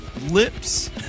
lips